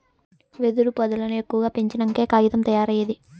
వెదురు పొదల్లను ఎక్కువగా పెంచినంకే కాగితం తయారైంది